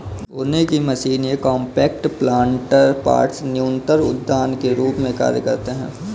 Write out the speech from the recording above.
बोने की मशीन ये कॉम्पैक्ट प्लांटर पॉट्स न्यूनतर उद्यान के रूप में कार्य करते है